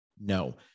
no